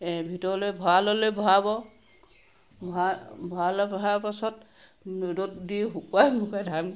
ভিতৰলৈ ভঁৰাললৈ ভৰাব ভ ভঁৰালত ভৰা পাছত ৰ'দ দি শুকোৱাই শুকোৱাই ধান